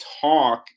talk